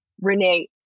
Renee